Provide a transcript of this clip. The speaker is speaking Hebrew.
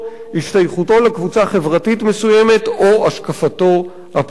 השתייכותו לקבוצה חברתית מסוימת או השקפתו הפוליטית.